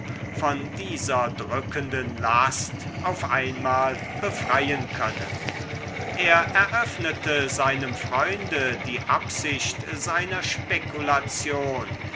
von dieser drückenden last auf einmal befreien könne er eröffnete seinem freunde die absicht seiner spekulation